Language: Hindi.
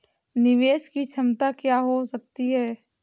निवेश की क्षमता क्या हो सकती है?